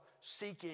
seeking